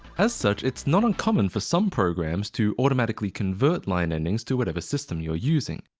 as such, it's not uncommon for some programs to automatically convert line endings to whatever system you're using.